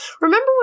Remember